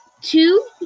two